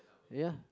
ya